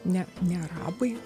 ne ne arabai